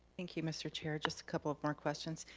thank you mr. chair, just a couple of more questions.